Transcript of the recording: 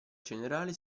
generale